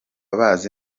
bazi